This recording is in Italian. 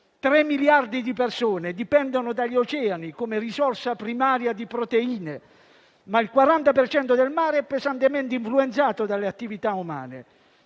3 miliardi di persone dipendono dagli oceani come risorsa primaria di proteine. Il 40 per cento del mare è però pesantemente influenzato dalle attività umane.